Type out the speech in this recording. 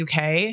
UK